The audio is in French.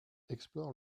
explorent